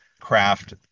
Craft